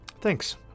Thanks